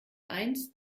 eins